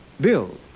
Bill